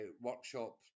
workshop